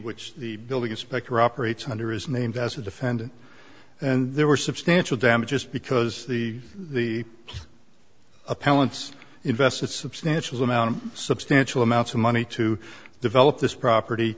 which the building inspector operates under is named as a defendant and there were substantial damages because the the appellant's invest a substantial amount of substantial amounts of money to develop this property